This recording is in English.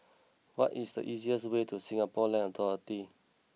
what is the easiest way to Singapore Land Authority